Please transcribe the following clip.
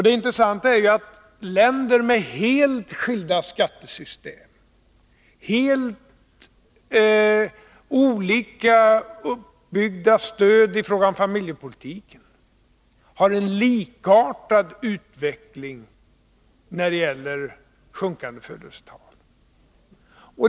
Det intressanta är att länder med helt skilda skattesystem och helt olika uppbyggt stöd i fråga om familjepolitiken har en likartad utveckling när det gäller sjunkande födelsetal.